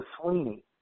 Sweeney